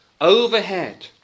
overhead